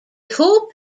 hope